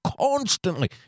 constantly